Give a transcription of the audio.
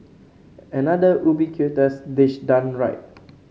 another ubiquitous dish done right